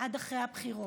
עד אחרי הבחירות.